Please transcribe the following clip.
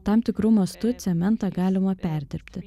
tam tikru mastu cementą galima perdirbti